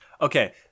okay